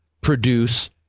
produce